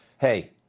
Hey